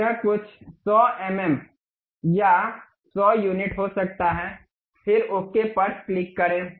यह कुछ 100 M M या 100 यूनिट हो सकता है फिर ओके पर क्लिक करें